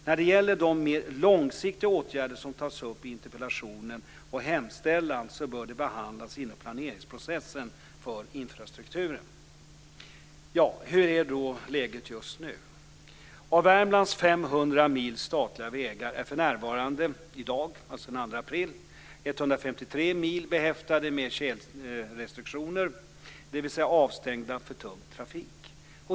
När det gäller de mer långsiktiga åtgärder som tas upp i interpellationen och hemställan bör de behandlas inom planeringsprocessen för infrastrukturen. Hur är läget just nu? Av Värmlands 500 mil statliga vägar är för närvarande, i dag den 2 april, 153 mil behäftade med tjälrestriktioner, dvs. avstängda för tung trafik.